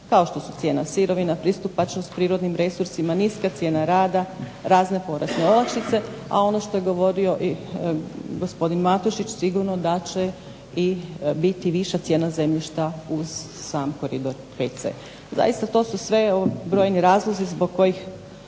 Kao što su cijena sirovina, pristupačnost prirodnim resursima, niska cijena rada, razne porezne olakšice. A ono što je govorio i gospodin Matušić sigurno da će i biti viša cijena zemljišta uz sam Koridor VC. Zaista to su sve brojni razlozi zbog kojih